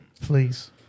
please